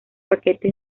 paquete